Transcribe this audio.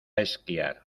esquiar